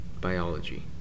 Biology